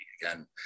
again